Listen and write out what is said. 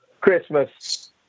Christmas